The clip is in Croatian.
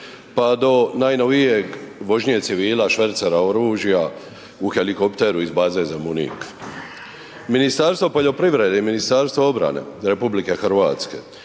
pa do najnovijeg vožnje civila švercera oružja u helikopteru iz Baze Zemunik. Ministarstvo poljoprivrede i Ministarstvo obrane RH uz pomoć